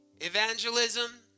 evangelism